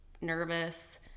nervous